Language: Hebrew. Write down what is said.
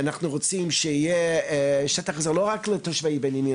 הרי השטח הזה הוא לא רק לתושבי בנימינה,